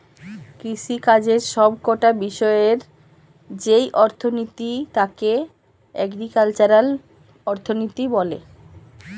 কৃষিকাজের সব কটা বিষয়ের যেই অর্থনীতি তাকে এগ্রিকালচারাল অর্থনীতি বলে